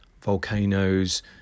volcanoes